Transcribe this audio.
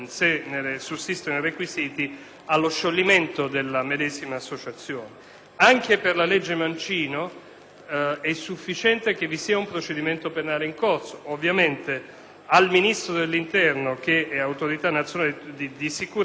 è sufficiente che vi sia un procedimento penale in corso. Ovviamente al Ministro dell'interno, che è autorità nazionale di sicurezza, questo procedimento deve essere comunicato: da ciò la previsione di una comunicazione da